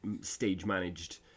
stage-managed